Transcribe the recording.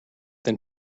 than